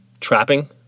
trapping